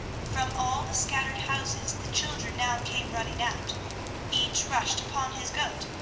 from all the scattered houses the children now came running out each rushed upon his goat,